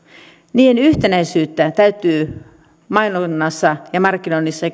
niiden yhtenäisyyttä täytyy mainonnassa ja markkinoinnissa